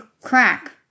crack